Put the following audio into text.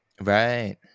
Right